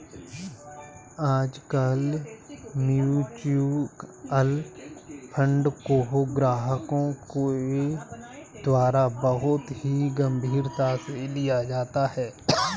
आजकल mutual fund को ग्राहकों के द्वारा बहुत ही गम्भीरता से लिया जाता है